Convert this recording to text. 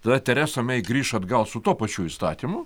tada teresa mei grįš atgal su tuo pačiu įstatymu